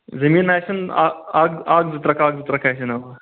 زٔمیٖن آسن اکھ اکھ اکھ زٕ ترٛکھ اکھ زٕ ترٛکھ آسن اۭں